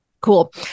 cool